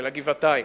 אלא גבעתיים.